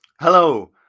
Hello